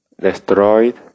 destroyed